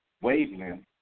wavelength